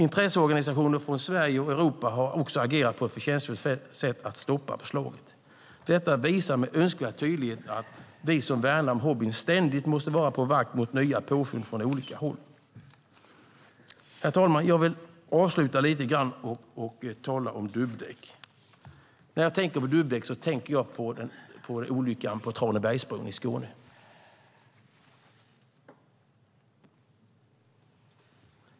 Intresseorganisationer från Sverige och Europa har också agerat på ett förtjänstfullt sätt för att stoppa förslaget. Detta visar med önskvärd tydlighet att vi som värnar om hobbyn ständigt måste vara på vår vakt mot nya påfund från olika håll. Herr talman! Jag vill avsluta med att tala lite grann om dubbdäck. När jag tänker på dubbdäck tänker jag på olyckan på Tranarpsbron i Skåne.